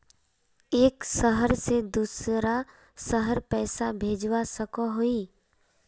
एक शहर से दूसरा शहर पैसा भेजवा सकोहो ही?